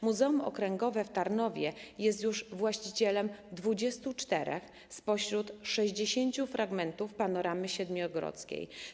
Muzeum Okręgowe w Tarnowie jest już właścicielem 24 spośród 60 fragmentów „Panoramy Siedmiogrodzkiej”